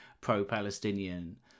pro-Palestinian